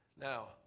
Now